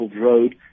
road